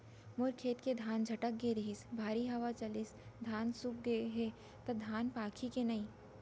मोर खेत के धान छटक गे रहीस, भारी हवा चलिस, धान सूत गे हे, त धान पाकही के नहीं?